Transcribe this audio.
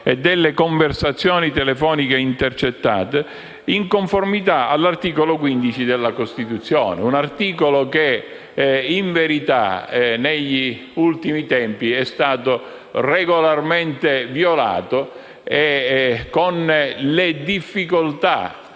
delle conversazioni telefoniche intercettate, in conformità con l'articolo 15 della Costituzione; un articolo che, in verità, negli ultimi tempi è stato regolarmente violato, con le difficoltà